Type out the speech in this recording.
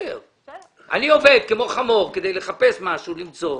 אני עובד כמו חמור כדי לחפש משהו ולמצוא,